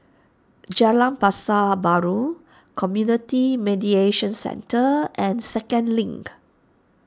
Jalan Pasar Baru Community Mediation Centre and Second Link